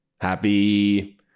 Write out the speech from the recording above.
Happy